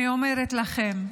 אני אומרת לכם,